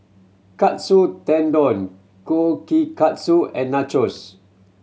Katsu Tendon Kushikatsu and Nachos